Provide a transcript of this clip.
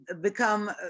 become